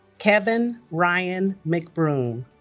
kevin ryan mcbroom